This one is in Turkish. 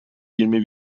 yirmi